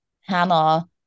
Hannah